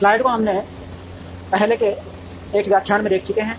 slide को हम पहले के एक व्याख्यान में देख चुके हैं